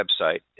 website